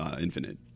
infinite